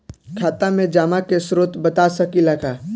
खाता में जमा के स्रोत बता सकी ला का?